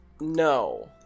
No